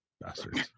Bastards